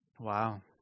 Wow